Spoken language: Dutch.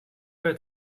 uit